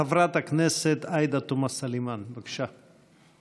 חברת הכנסת עאידה תומא סלימאן, בבקשה.